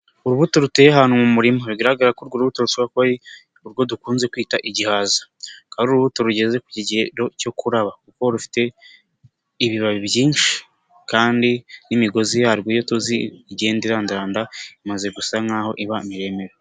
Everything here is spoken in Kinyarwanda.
Urubuto ruteye ahantu mu murima, bigaragara ko urwo rubuto rushobora kuba ari urwo dukunze kwita igihaza, akaba ari urubuto rugeze ku kigero cyo kuraba kuko rufite ibibabi byinshi kandi n'imigozi yarwo iyo tuzi igenda irandaranda, imaze gusa nk'aho iba miremire.